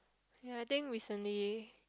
ya I think recently